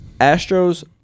Astros